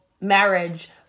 marriage